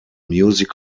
music